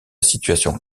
situation